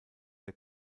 der